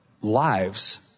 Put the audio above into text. lives